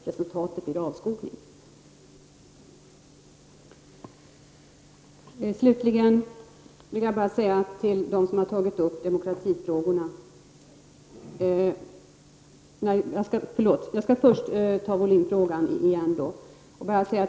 Resultatet blir ju avskogning.